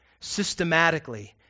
systematically